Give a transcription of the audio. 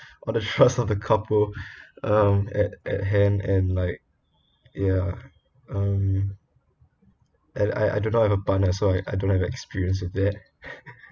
on the trust of the couple um at at hand and like ya um and I I do not have a partner so I don't have experience in that